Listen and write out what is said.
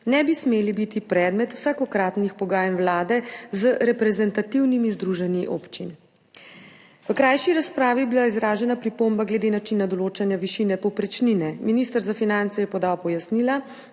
ne bi smeli biti predmet vsakokratnih pogajanj Vlade z reprezentativnimi združenji občin. V krajši razpravi je bila izražena pripomba glede načina določanja višine povprečnine. Minister za finance je podal pojasnila